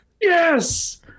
Yes